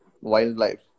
wildlife